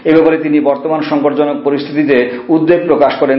এ ব্যাপারে তিনি বর্তমান সংকটজনক পরিস্থিতিতে উদ্বেগ প্রকাশ করেন